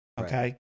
Okay